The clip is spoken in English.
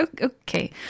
Okay